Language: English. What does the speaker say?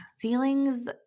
Feelings